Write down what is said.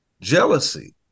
jealousy